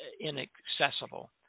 inaccessible